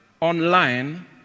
online